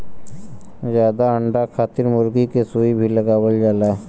जादा अंडा खातिर मुरगी के सुई भी लगावल जाला